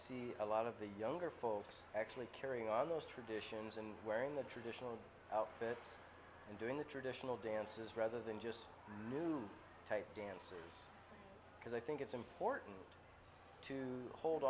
see a lot of the younger folks actually carrying on those traditions and wearing the traditional outfits and doing the traditional dances rather than just new types dancing because i think it's important to hold